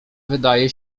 wydaje